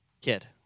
Kid